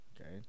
Okay